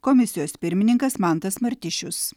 komisijos pirmininkas mantas martišius